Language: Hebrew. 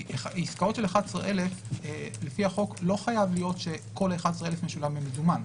עסקאות של 11,000 לפי החוק לא חייב להיות שכל ה-11,000 משולם במזומן.